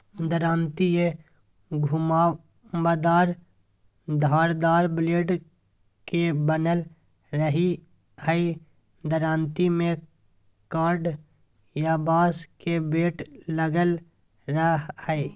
दरांती एक घुमावदार धारदार ब्लेड के बनल रहई हई दरांती में काठ या बांस के बेट लगल रह हई